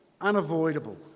unavoidable